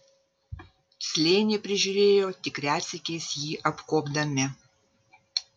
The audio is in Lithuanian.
slėnį prižiūrėjo tik retsykiais jį apkuopdami